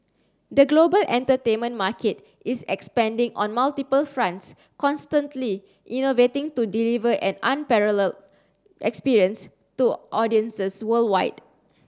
the global entertainment market is expanding on multiple fronts constantly innovating to deliver an unparalleled experience to audiences worldwide